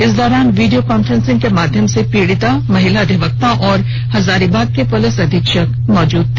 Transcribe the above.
इस दौरान video conferencing के माध्यम से पीड़िता महिला अधिवक्ता और हजारीबाग र्क पुलिस अधीक्षक मौजूद रहे